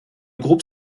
groupe